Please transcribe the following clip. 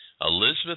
Elizabeth